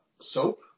soap